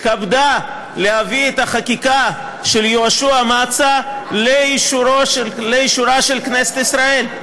התכבדה להביא את החקיקה של יהושע מצא לאישורה של כנסת ישראל.